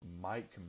Mike